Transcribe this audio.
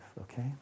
okay